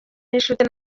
n’inshuti